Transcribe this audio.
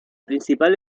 principal